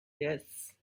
yes